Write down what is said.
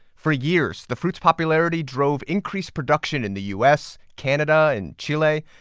for years, the fruit's popularity drove increased production in the u s, canada and chile,